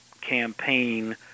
campaign